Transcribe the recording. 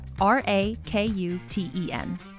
R-A-K-U-T-E-N